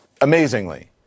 amazingly